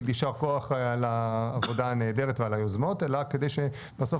ישר כוח על העבודה הנהדרת ועל היוזמות אלא כדי שבסוף